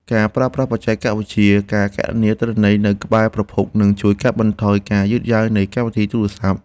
ការប្រើប្រាស់បច្ចេកវិទ្យា ការគណនាទិន្នន័យនៅក្បែរប្រភព នឹងជួយកាត់បន្ថយការយឺតយ៉ាវនៃកម្មវិធីទូរសព្ទ។